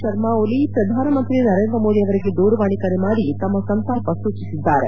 ಶರ್ಮ ಒಲಿ ಪ್ರಧಾನ ಮಂತ್ರಿ ನರೇಂದ್ರ ಮೋದಿ ಅವರಿಗೆ ದೂರವಾಣಿ ಕರೆ ಮಾಡಿ ತಮ್ನ ಸಂತಾಪ ಸೂಚಿಸಿದ್ದಾರೆ